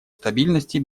стабильности